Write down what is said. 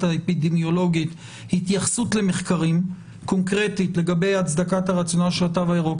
האפידמיולוגית התייחסות למחקרים קונקרטית לגבי הצדקת הרציונל של התו הירוק,